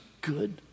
good